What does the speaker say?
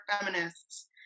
feminists